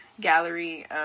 gallery